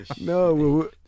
no